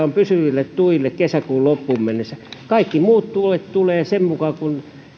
pysyville tuille on kesäkuun loppuun mennessä kaikki muut tuet tulevat sen mukaan kuin